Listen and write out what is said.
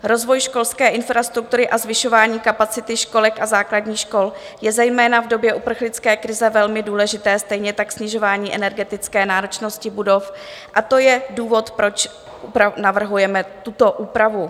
Rozvoj školské infrastruktury a zvyšování kapacity školek a základních škol jsou zejména v době uprchlické krize velmi důležité, stejně tak snižování energetické náročnosti budov, a to je důvod, proč navrhujeme tuto úpravu.